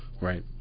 Right